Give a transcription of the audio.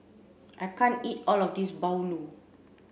I can't eat all of this Bahulu